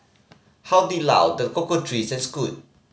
Di Lao The Cocoa Trees and Scoot